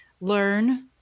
learn